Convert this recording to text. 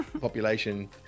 population